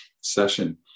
session